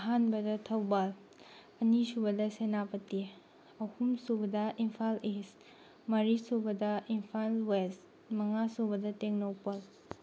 ꯑꯍꯥꯟꯕꯗ ꯊꯧꯕꯥꯜ ꯑꯅꯤꯁꯨꯕꯗ ꯁꯦꯅꯥꯄꯇꯤ ꯑꯍꯨꯝꯁꯨꯕꯗ ꯏꯝꯐꯥꯜ ꯏꯁ ꯃꯔꯤ ꯁꯨꯕꯗ ꯏꯝꯐꯥꯜ ꯋꯦꯁ ꯃꯉꯥꯁꯨꯕꯗ ꯇꯦꯡꯅꯧꯄꯜ